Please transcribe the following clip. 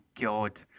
God